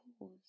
pause